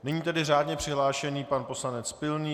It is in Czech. Nyní řádně přihlášený pan poslanec Pilný.